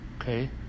okay